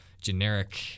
generic